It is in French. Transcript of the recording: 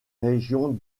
régions